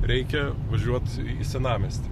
reikia važiuot į senamiestį